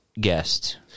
guest